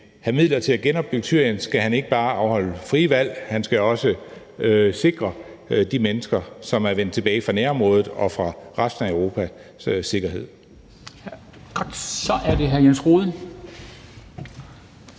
have midler til at genopbygge Syrien, så skal han ikke bare afholde frie valg; han skal også sikre sikkerheden for de mennesker, der er vendt tilbage fra nærområdet og fra resten af Europa. Kl.